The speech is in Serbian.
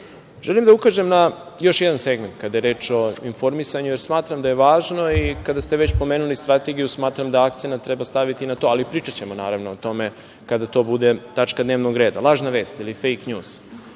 da ukažem na još jedan segment kada je reč o informisanju, jer smatram da je važno i kada ste već spomenuli strategiju, smatram da akcenat treba staviti na to, ali pričaćemo, naravno, o tome kada to bude tačka dnevnog reda. Lažna vest ili fejk njuz,